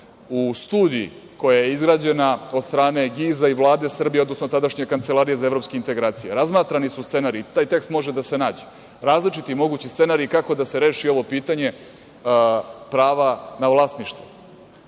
U studiji koja je izgrađena od stane GIZ-a i Vlade Srbije, odnosno tadašnje Kancelarije za evropske integracije, razmatrani su scenariji, taj tekst može da se nađe, različiti mogući scenariji kako da se reši ovo pitanje prava na vlasništvo